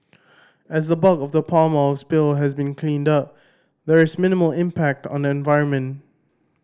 as the bulk of the palm oil spill has been cleaned up there is minimal impact on the environment